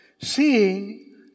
seeing